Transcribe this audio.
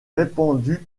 répandue